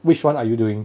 which one are you doing